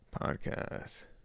podcast